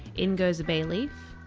in goes a bay leaf.